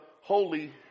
holy